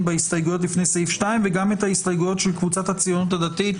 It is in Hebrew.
בהסתייגויות לפני סעיף 2 וגם את ההסתייגויות של קבוצת הציונות הדתית,